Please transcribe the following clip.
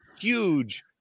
huge